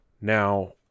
Now